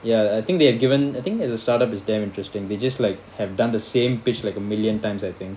ya I think they have given I think as a start up is damn interesting they just like have done the same pitch like a million times I think